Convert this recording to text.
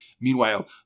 meanwhile